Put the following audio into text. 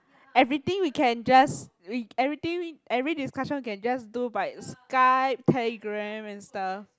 everything we can just we everything every discussion we can just do by Skype telegram and stuff